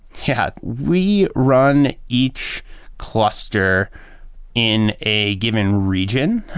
yeah. we run each cluster in a given region.